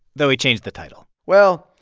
though he changed the title well,